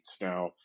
now